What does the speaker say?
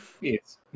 Yes